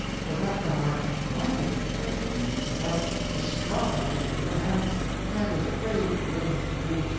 for that thou art minded to great deeds and art as strong a knight of your hands and as brave to will and to do,